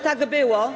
Tak było.